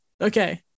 Okay